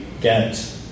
get